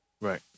right